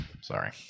sorry